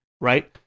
right